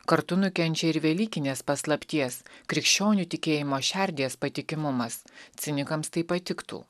kartu nukenčia ir velykinės paslapties krikščionių tikėjimo šerdies patikimumas cinikams tai patiktų